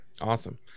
Awesome